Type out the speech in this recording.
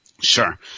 Sure